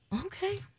Okay